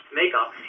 makeup